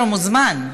להישאר, מוזמן.